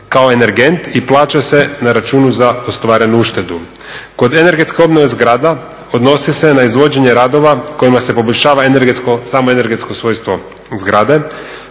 kao energent i plaća se na računu za ostvarenu uštedu. Kod energetske obnove zgrada odnosi se na izvođenje radova kojima se poboljšava samo energetsko svojstvo zgrade,